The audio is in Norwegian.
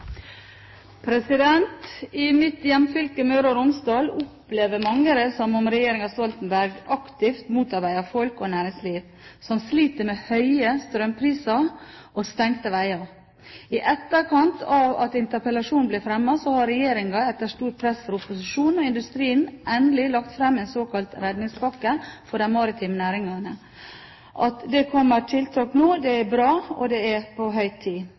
10. I mitt hjemfylke, Møre og Romsdal, opplever mange det som om regjeringen Stoltenberg aktivt motarbeider folk og næringsliv som sliter med høye strømpriser og stengte veier. I etterkant av at interpellasjonen ble fremmet, har regjeringen etter stort press fra opposisjonen og industrien endelig lagt fram en såkalt redningspakke for de maritime næringene. At det kommer tiltak nå, er bra, og det er på høy tid.